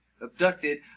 abducted